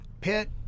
Pitt